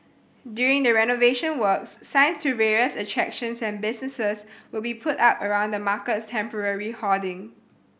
during the renovation works signs to various attractions and businesses will be put up around the market's temporary hoarding